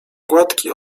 gładki